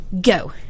Go